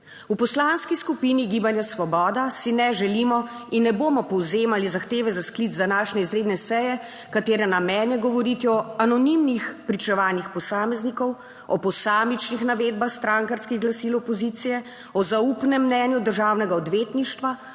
V Poslanski skupini Gibanje Svoboda si ne želimo in ne bomo povzemali zahteve za sklic današnje izredne seje, katere namen je govoriti o anonimnih pričevanjih posameznikov, o posamičnih navedbah strankarskih glasil opozicije, o zaupnem mnenju državnega odvetništva,